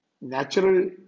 natural